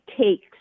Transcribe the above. takes